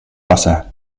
wasser